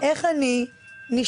איך אני נשמרת,